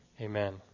Amen